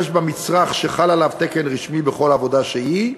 במצרך שחל עליו תקן רשמי בכל עבודה שהיא,